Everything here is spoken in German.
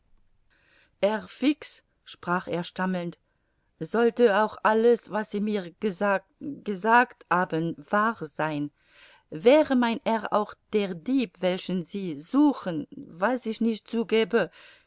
fix sprach er stammelnd sollte auch alles was sie mir gesagt gesagt haben wahr sein wäre mein herr auch der dieb welchen sie suchen was ich nicht zugebe